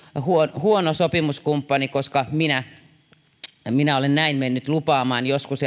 huono huono sopimuskumppani koska minä olen näin mennyt lupaamaan joskus